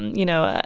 you know, ah